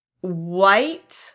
white